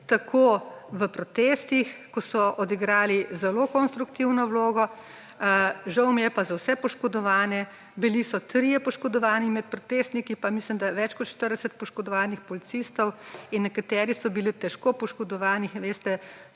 tako v protestih, ko so odigrali zelo konstruktivno vlogo, žal mi je pa za vse poškodovane, bili so trije poškodovani med protestniki pa, mislim da, več kot 40 poškodovanih policistov; in nekateri so bili težko poškodovani. Tukaj